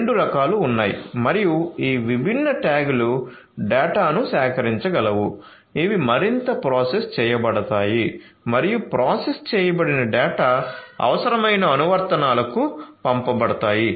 రెండు రకాలు ఉన్నాయి మరియు ఈ విభిన్న ట్యాగ్లు డేటాను సేకరించగలవు ఇవి మరింత ప్రాసెస్ చేయబడతాయి మరియు ప్రాసెస్ చేయబడిన డేటా అవసరమైన అనువర్తనాలకు పంపబడతాయి